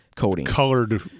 colored